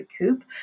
recoup